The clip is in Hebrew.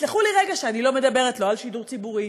תסלחו לי רגע שאני לא מדברת לא על שידור ציבורי